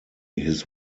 his